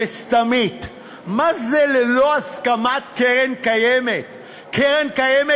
לקדמה טרם הבחירות להסדרת מוסר התשלומים של